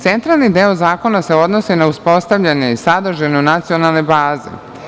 Centralni deo zakona se odnosi na uspostavljanje i sadržinu nacionalne baze.